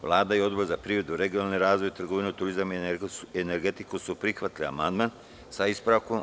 Vlada i Odbor za privredu, regionalni razvoj, trgovinu, turizam i energetiku su prihvatili amandman sa ispravkom.